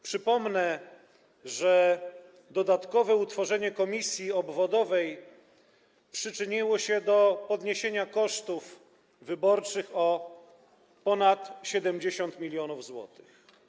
Przypomnę, że dodatkowe utworzenie komisji obwodowej przyczyniło się do podniesienia kosztów wyborczych o ponad 70 mln zł.